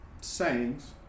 sayings